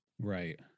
right